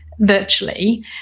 virtually